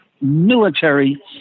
military